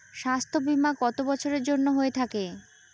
স্বাস্থ্যবীমা কত বছরের জন্য হয়ে থাকে?